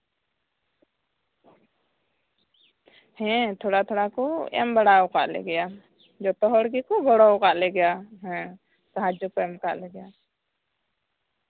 ᱦᱮᱸ ᱛᱷᱚᱲᱟᱼᱛᱷᱚᱲᱟ ᱠᱚ ᱮᱢ ᱵᱟᱲᱟᱣᱟᱠᱟᱜ ᱞᱮᱜᱮᱭᱟ ᱡᱚᱛᱚ ᱦᱚᱲ ᱜᱮᱠᱩ ᱜᱚᱲᱚᱣᱟᱠᱟᱜ ᱞᱮᱜᱮᱭᱟ ᱦᱮᱸ ᱥᱟᱦᱟᱡᱡᱚ ᱠᱚ ᱮᱢ ᱠᱟᱜ ᱞᱮᱜᱮᱭᱟ